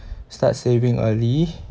start saving early